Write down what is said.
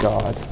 God